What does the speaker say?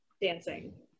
dancing